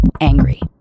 angry